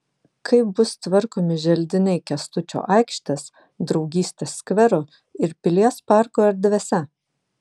kaip bus tvarkomi želdiniai kęstučio aikštės draugystės skvero ir pilies parko erdvėse